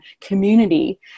community